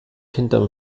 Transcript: hinterm